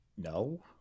No